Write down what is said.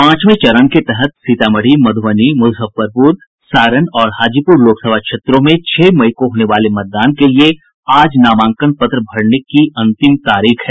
पांचवे चरण के तहत सीतामढ़ी मधुबनी मुजफ्फरपुर सारण और हाजीपुर लोकसभा क्षेत्रों में छह मई को होने वाले मतदान के लिए आज नामांकन पत्र भरने की अंतिम तारीख है